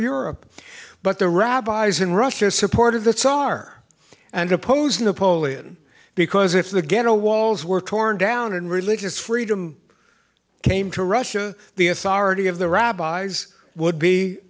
europe but the rabbis in russia supported the tsar and oppose napoleon because if the ghetto walls were torn down and religious freedom came to russia the authority of the rabbis would be